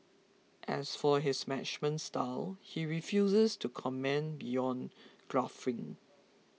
as for his management style he refuses to comment beyond guffawing